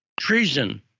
treason